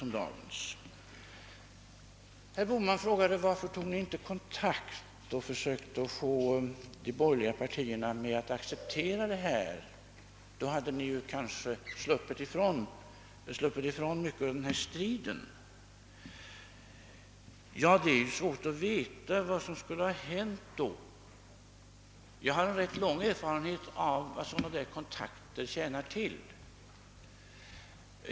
Herr Bohman frågade varför vi inte tog kontakt med de borgerliga partierna för att försöka få dem att acceptera förslaget, eftersom vi då, enligt hans mening, skulle ha sluppit ifrån den här striden. Det är svårt att veta vad som 1 så fall skulle ha hänt. Jag har rätt lång erfarenhet av vad sådana kontakter tjänar till.